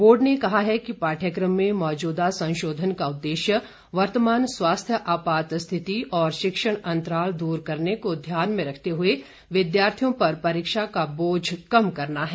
board ने कहा है कि पाठ्यक्रम में मौजूदा संशोधन का उद्देश्य वर्तमान स्वास्थ्य आपात स्थिति और शिक्षण अंतराल दूर करने को ध्यान में रखते हुए विद्यार्थियों पर परीक्षा बोझ कम करना है